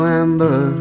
amber